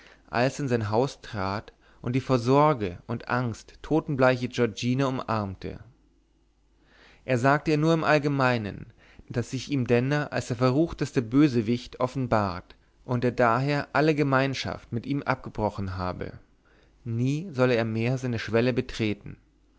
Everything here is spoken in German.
als er in sein haus trat und die vor sorge und angst totenbleiche giorgina umarmte er sagte ihr nur im allgemeinen daß sich ihm denner als der verruchteste bösewicht offenbart und er daher alle gemeinschaft mit ihm abgebrochen habe nie solle er mehr seine schwelle betreten